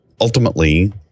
Ultimately